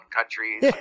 countries